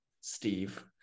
Steve